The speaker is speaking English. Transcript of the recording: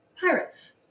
Pirates